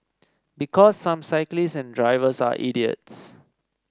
because some cyclists and drivers are idiots